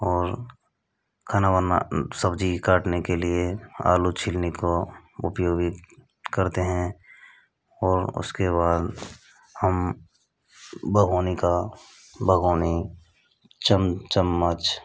और खाना वाना सब्ज़ी काटने के लिए आलू छिलने को उपयोगी करते हैं और उसके बाद हम भगोनी का भगोनी चंद चम्मच